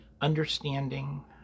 understanding